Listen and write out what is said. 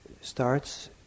starts